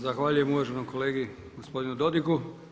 Zahvaljujem uvaženom kolegi gospodinu Dodigu.